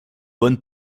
bonne